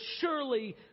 surely